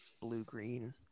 blue-green